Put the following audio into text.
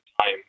time